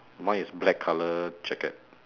mine is black colour jacket